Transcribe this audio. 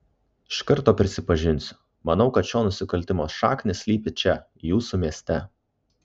iš karto prisipažinsiu manau kad šio nusikaltimo šaknys slypi čia jūsų mieste